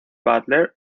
butler